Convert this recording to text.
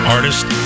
Artist